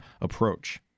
approach